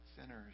sinners